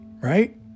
Right